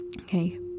Okay